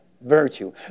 virtue